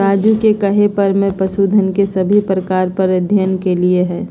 राजू के कहे पर मैं पशुधन के सभी प्रकार पर अध्ययन कैलय हई